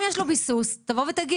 אם יש לו ביסוס, תבוא ותגיד.